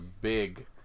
big